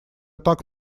так